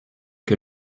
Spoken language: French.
que